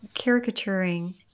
caricaturing